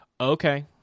okay